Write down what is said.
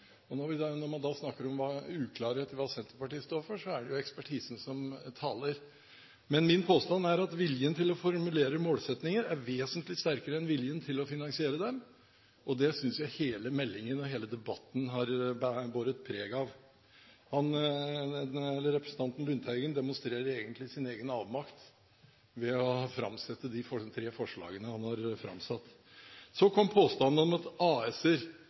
og når man snakker om uklarhet i hva Senterpartiet står for, er det ekspertisen som taler. Min påstand er at viljen til å formulere målsettinger er vesentlig sterkere enn viljen til å finansiere dem, og det synes jeg hele meldingen og hele debatten har båret preg av. Representanten Lundteigen demonstrerer egentlig sin egen avmakt ved å framsette de tre forslagene han har framsatt. Så kom påstanden om at